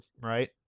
right